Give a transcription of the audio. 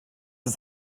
ist